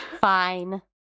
Fine